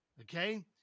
Okay